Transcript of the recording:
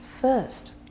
first